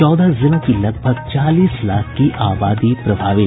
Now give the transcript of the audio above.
चौदह जिलों की लगभग चालीस लाख की आबादी प्रभावित